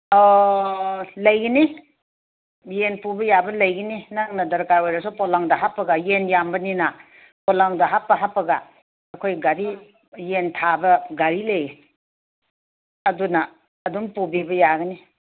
ꯑꯣ ꯂꯩꯒꯅꯤ ꯌꯦꯟ ꯄꯨꯕ ꯌꯥꯕ ꯂꯩꯒꯅꯤ ꯅꯪꯅ ꯗꯔꯀꯥꯔ ꯑꯣꯏꯔꯒ ꯄꯣꯂꯥꯡꯗ ꯍꯥꯞꯄꯒ ꯌꯦꯟ ꯌꯥꯝꯕꯅꯤꯅꯥ ꯄꯣꯂꯥꯡꯗ ꯍꯥꯞꯄ ꯍꯥꯞꯄꯒ ꯑꯩꯈꯣꯏ ꯒꯥꯔꯤ ꯌꯦꯟ ꯌꯥꯕ ꯒꯥꯔꯤ ꯂꯩ ꯑꯗꯨꯅ ꯑꯗꯨꯝ ꯄꯨꯕꯤꯕ ꯌꯥꯒꯅꯤ